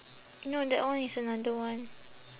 no that one is another one